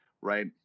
right